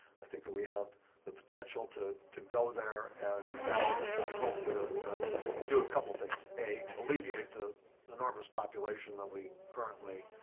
i think that we have the potential to to go there. and that, i hope, would ah ah do a couple of things a, alleviate the enormous population that we currently